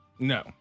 No